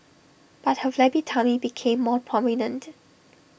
but her flabby tummy became more prominent